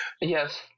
yes